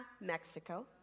Mexico